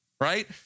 Right